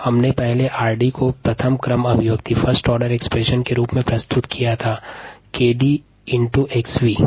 हमने पहले 𝑟𝑑 को फर्स्ट आर्डर एक्सप्रेशन के रूप में प्रस्तुत किया था जो 𝑘𝑑𝑥𝑣 है